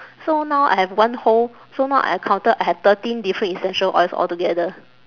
so now I have one whole so now I counted I have thirteen different essential oils altogether